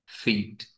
feet